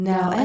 Now